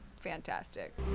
fantastic